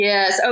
Yes